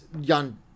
Jan